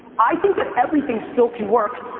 i think that everything still can work,